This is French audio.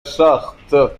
charte